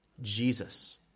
Jesus